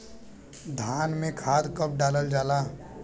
धान में खाद कब डालल जाला?